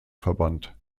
verband